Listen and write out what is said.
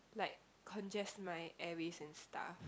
like congest my airways and stuff